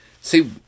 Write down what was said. See